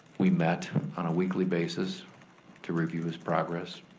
we met on a weekly basis to review his progress,